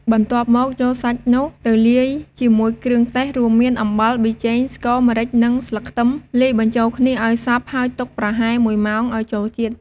បន្ទាប់មកយកសាច់នោះ ទៅលាយជាមួយគ្រឿងទេសរួមមាន អំបិល ប៊ីចេង ស្ករ ម្រេច និងស្លឹកខ្លឹម លាយបញ្ចូលគ្នាឱ្យសព្វ ហើយទុកប្រហែល១ម៉ោងឱ្យចូលជាតិ។